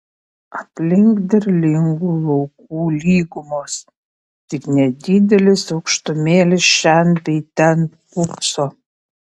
aplink derlingų laukų lygumos tik nedidelės aukštumėlės šen bei ten pūpso